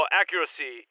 accuracy